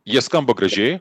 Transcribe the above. jie skamba gražiai